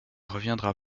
reviendra